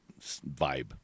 vibe